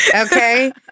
okay